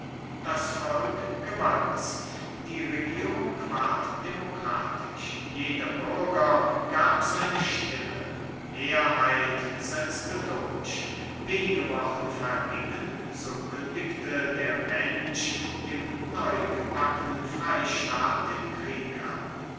das volk gewanns die regierung ward demokratisch jeder bürger gab seine stimme mehrheit setzte durch wenige wochen vergingen so kündigte der mensch dem neugebackenen freistaat den krieg an